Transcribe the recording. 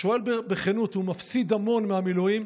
שואל בכנות: הוא מפסיד המון מהמילואים,